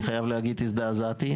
אני חייב להגיד שהזדעזעתי,